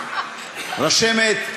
רשמת,